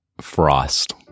frost